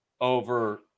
over